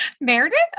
Meredith